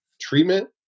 treatment